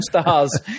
stars